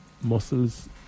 muscles